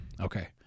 Okay